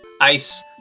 ice